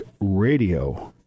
Radio